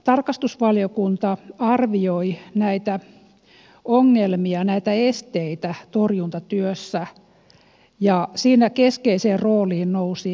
tarkastusvaliokunta arvioi näitä ongelmia näitä esteitä torjuntatyössä ja siinä keskeiseen rooliin nousi viranomaisyhteistyö